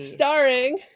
Starring